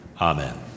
Amen